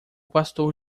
pastor